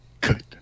good